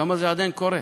למה זה עדיין קורה?